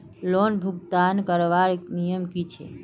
Loan भुगतान करवार नियम की छे?